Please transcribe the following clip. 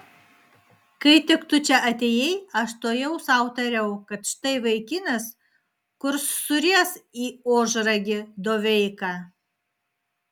kai tik tu čia atėjai aš tuojau sau tariau kad štai vaikinas kurs suries į ožragį doveiką